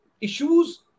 issues